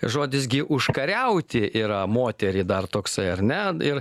žodis gi užkariauti yra moterį dar toksai ar ne ir